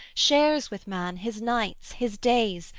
shares with man his nights, his days,